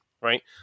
right